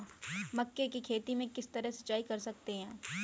मक्के की खेती में किस तरह सिंचाई कर सकते हैं?